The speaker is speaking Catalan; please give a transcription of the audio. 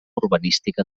urbanística